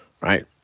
right